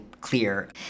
clear